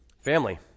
family